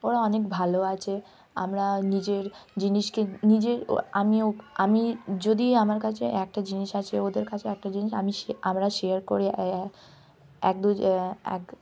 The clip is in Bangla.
ওরা অনেক ভালো আছে আমরা নিজের জিনিসকে নিজের আমিও আমি যদি আমার কাছে একটা জিনিস আছে ওদের কাছে একটা জিনিস আমি শে আমরা শেয়ার করে এক দুজ এক